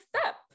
step